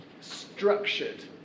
structured